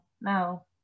no